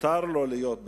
מותר לו להיות בצרפת.